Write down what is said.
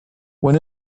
when